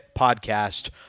podcast